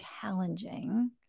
challenging